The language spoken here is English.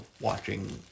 watching